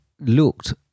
looked